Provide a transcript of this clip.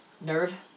nerve